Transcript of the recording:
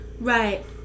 Right